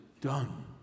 done